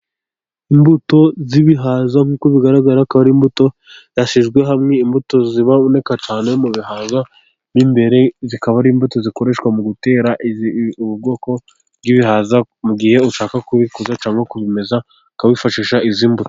Imbuto z'ibihaza nk'uko bigaragara akaba ari imbuto zashyizwe hamwe, imbuto ziboneka cyane mu bihaza mo imbere zikaba ari imbuto zikoreshwa mu gutera ubu bwoko bw'ibihaza, mu gihe ushaka kubikuza cyangwa kubimeza ukaba wifashisha izi mbuto.